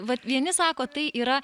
vat vieni sako tai yra